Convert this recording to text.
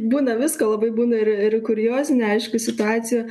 būna visko labai būna ir ir kuriozinių aišku situacijų